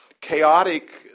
chaotic